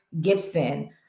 Gibson